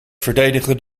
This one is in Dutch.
verdedigde